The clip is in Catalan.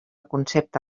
concepte